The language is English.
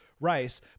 rice